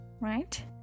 right